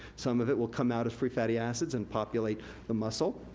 some of it will come out as free fatty acids and populate the muscle,